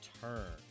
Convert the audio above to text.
turn